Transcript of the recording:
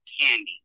candy